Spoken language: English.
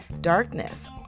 darkness